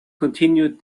continued